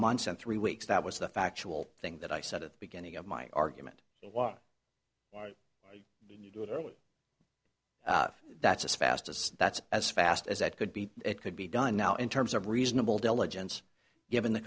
months and three weeks that was the factual thing that i said at the beginning of my argument why don't you do it early that's fast as that's as fast as that could be it could be done now in terms of reasonable diligence given the